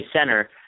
center